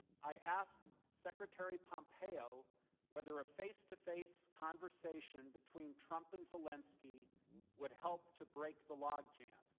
i asked secretary pompeo whether a face-to-face conversation between trump and zelensky would help to break the logjam.